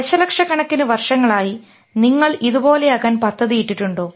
ദശലക്ഷക്കണക്കിന് വർഷങ്ങളായി നിങ്ങൾ ഇതുപോലെയാകാൻ പദ്ധതിയിട്ടിട്ടുണ്ടോ